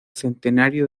centenario